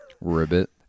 Ribbit